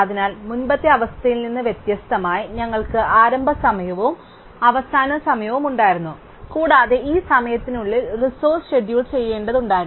അതിനാൽ മുമ്പത്തെ അവസ്ഥയിൽ നിന്ന് വ്യത്യസ്തമായി ഞങ്ങൾക്ക് ആരംഭ സമയവും അവസാന സമയവും ഉണ്ടായിരുന്നു കൂടാതെ ഈ സമയത്തിനുള്ളിൽ റിസോഴ്സ് ഷെഡ്യൂൾ ചെയ്യേണ്ടതുണ്ടായിരുന്നു